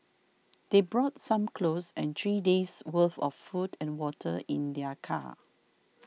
they brought some clothes and three days' worth of food and water in their car